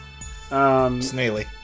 Snaily